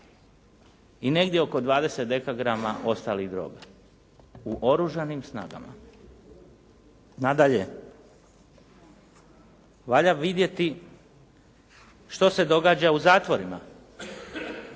i negdje oko 20 dkg ostalih droga u Oružanim snagama. Nadalje, valja vidjeti što se događa u zatvorima,